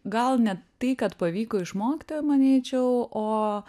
gal ne tai kad pavyko išmokti manyčiau o